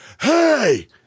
Hey